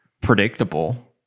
predictable